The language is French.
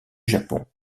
japon